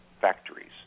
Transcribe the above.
factories